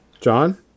John